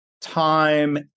time